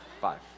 Five